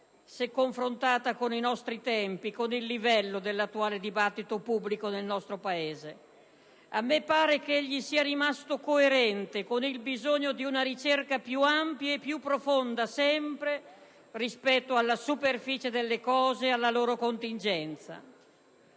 se confrontata con i nostri tempi, con il livello dell'attuale dibattito pubblico del nostro Paese. A me pare che egli sia rimasto coerente con il bisogno di una ricerca più ampia e più profonda, sempre, rispetto alla superficie delle cose e alla loro contingenza.